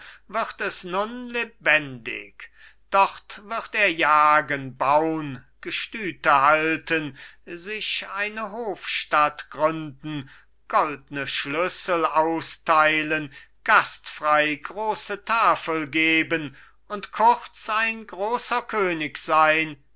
wird es nun lebendig dort wird er jagen baun gestüte halten sich eine hofstatt gründen goldne schlüssel austeilen gastfrei große tafel geben und kurz ein großer könig sein